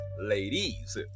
ladies